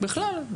בכלל.